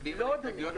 מצביעים על ההסתייגויות?